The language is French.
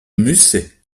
musset